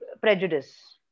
Prejudice